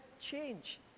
change